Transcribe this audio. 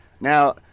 now